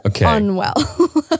unwell